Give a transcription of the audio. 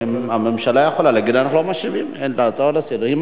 הממשלה יכולה להגיד: אנחנו לא משיבים על הצעה לסדר-היום.